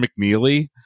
McNeely